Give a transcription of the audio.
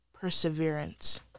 perseverance